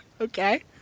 Okay